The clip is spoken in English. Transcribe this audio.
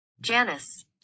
Janice